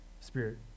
Spirit